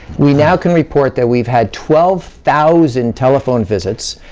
we now can report that we've had twelve thousand telephone visits,